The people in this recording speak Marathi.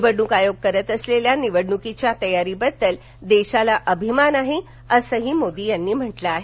निवडणूक आयोग करत असलेल्या निवडणूकीच्या तयारीबद्दल देशाला अभिमान आहे असंही मोदी यांनी म्हटलं आहे